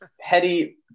petty